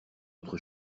autre